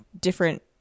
different